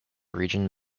region